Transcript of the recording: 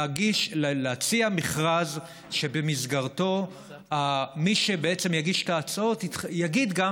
להציע מכרז שבמסגרתו מי שיגיש את ההצעות יגיד גם